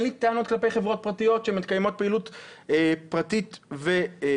אין לי טענות כלפי חברות פרטיות שמקיימות פעילות פרטית וציבורית.